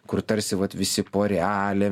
kur tarsi vat visi porelė